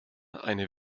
eine